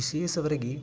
विशेषवर्गे